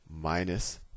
minus